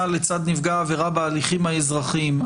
לצד נפגע העבירה בהליכים האזרחיים.